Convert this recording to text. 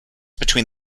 between